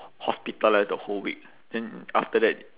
hospitalised the whole week then after that